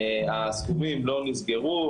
הסכומים לא נסגרו,